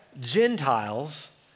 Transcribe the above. Gentiles